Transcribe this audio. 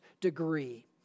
degree